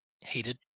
heated